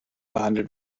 behandelt